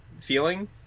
feeling